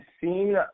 seen